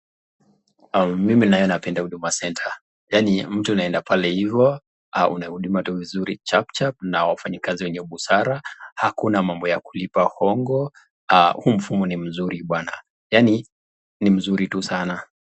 Mimi naye napenda Huduma Centre, yaani mtu unaenda pale hivo unahudumiwa tu vizuri chap chap na wafanyikazi wenye busara, hakuna mambo ya kulipa hongo ,huu mfumo ni mzuri bwana, yaani ni mzuri tu sana.